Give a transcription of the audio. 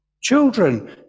Children